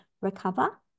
recover